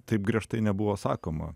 taip griežtai nebuvo sakoma